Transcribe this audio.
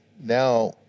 now